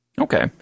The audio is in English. Okay